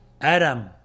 Adam